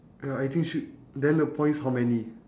ya I think should then the points how many